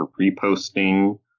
reposting